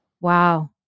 Wow